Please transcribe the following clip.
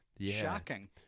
Shocking